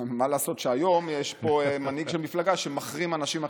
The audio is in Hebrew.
מה לעשות שהיום יש פה מנהיג של מפלגה שמחרים אנשים אחרים?